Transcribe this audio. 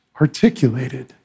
articulated